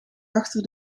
achter